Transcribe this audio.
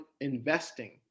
investing